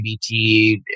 LGBT